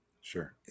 Sure